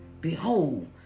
Behold